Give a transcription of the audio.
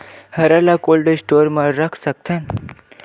हरा ल cold store म रख सकथन?